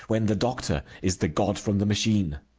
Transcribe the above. when the doctor is the god from the machine.